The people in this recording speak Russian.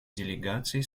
делегации